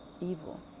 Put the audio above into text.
evil